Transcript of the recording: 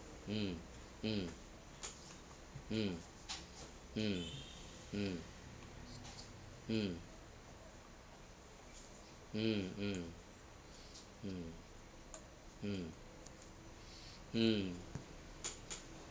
mm mm mm mm mm mm mm mm mm mm mm